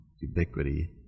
Ubiquity